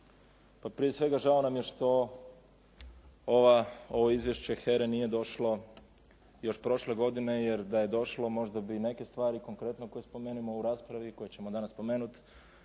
Pa prije svega žao nam je što ovo izvješće HERE nije došlo još prošle godine, jer da je došlo možda bi neke stvari konkretno koje spomenemo u raspravi i koje ćemo danas spomenuti